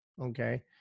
okay